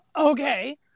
okay